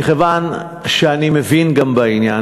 מכיוון שאני גם מבין בעניין,